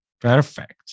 Perfect